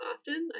Often